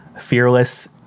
fearless